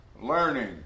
learning